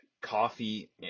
Coffee